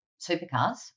supercars